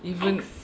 even